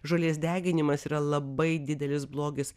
žolės deginimas yra labai didelis blogis